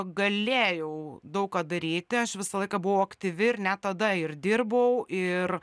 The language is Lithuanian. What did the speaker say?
galėjau daug ką daryti aš visą laiką buvau aktyvi ir net tada ir dirbau ir